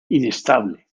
inestable